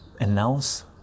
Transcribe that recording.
announce